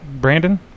Brandon